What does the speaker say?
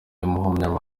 umwanya